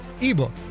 ebook